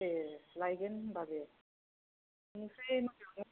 ए लायगोन होमब्ला दे ओमफ्राय